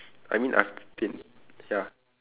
I mean I've been ya